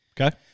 Okay